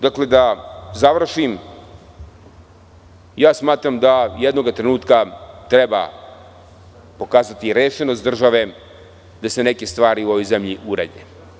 Dakle, da završim, ja smatram da jednoga trenutka treba pokazati rešenost države da se neke stvari u ovoj zemlji urede.